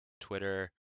Twitter